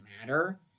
matter